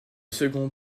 second